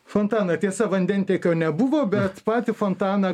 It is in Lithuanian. fontaną tiesa vandentiekio nebuvo bet patį fontaną galima